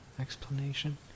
explanation